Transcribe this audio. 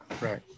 Right